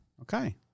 Okay